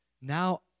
Now